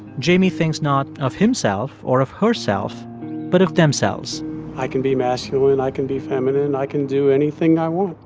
jamie thinks not of himself or of herself but of themselves i can be masculine. i can be feminine. i can do anything i want